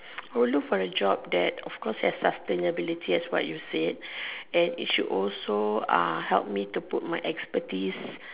I would look for a job that of course has sustainability as what you said and it should also help me to put my expertise